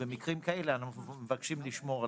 כאשר מיישמים את החוק,